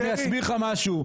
אני אסביר לך משהו,